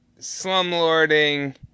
slumlording